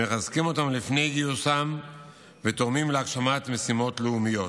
מחזקים אותם לפני גיוסם ותורמים להגשמת משימות לאומיות.